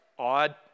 Odd